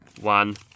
One